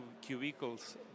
cubicles